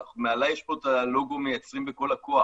מעליי יש את הלוגו "מייצרים בכל הכוח"